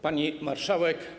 Pani Marszałek!